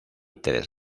tres